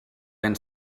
ben